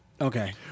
Okay